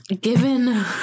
given